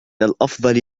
الأفضل